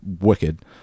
wicked